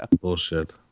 bullshit